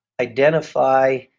identify